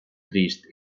trist